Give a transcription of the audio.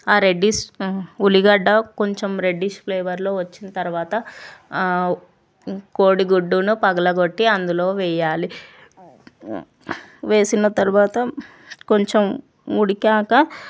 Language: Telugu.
ఆ రెడ్డీస్ ఉల్లిగడ్డ కొంచెం రెడ్డీస్ ఫ్లేవలో వచ్చినతర్వాత ఆ కోడిగుడ్డును పగలగొట్టి అందులో వెయ్యాలి వేసినతర్వాత కొంచెం ఉడికాక